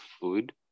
food